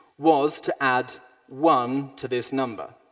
was to add one to this number.